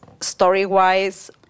story-wise